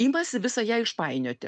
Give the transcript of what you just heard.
imasi visą ją išpainioti